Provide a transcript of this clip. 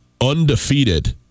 undefeated